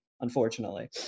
Unfortunately